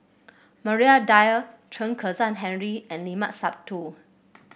Maria Dyer Chen Kezhan Henri and Limat Sabtu